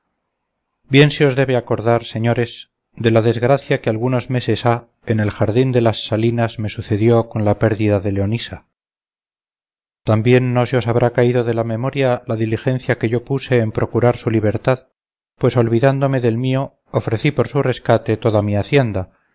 bien se os debe acordar señores de la desgracia que algunos meses ha en el jardín de las salinas me sucedió con la pérdida de leonisa también no se os habrá caído de la memoria la diligencia que yo puse en procurar su libertad pues olvidándome del mío ofrecí por su rescate toda mi hacienda